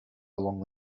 along